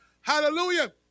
hallelujah